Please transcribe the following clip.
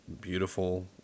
beautiful